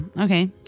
okay